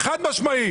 חד משמעית.